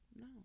no